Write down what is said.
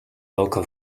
local